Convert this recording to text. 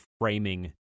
framing